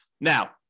Now